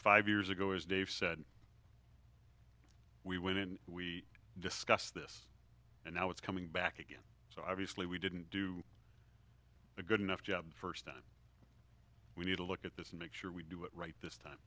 five years ago as dave said we went in we discuss this and now it's coming back again so obviously we didn't do a good enough job first that we need to look at this and make sure we do it right this time